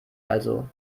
also